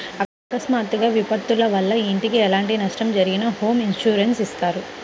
అకస్మాత్తుగా విపత్తుల వల్ల ఇంటికి ఎలాంటి నష్టం జరిగినా హోమ్ ఇన్సూరెన్స్ ఇత్తారు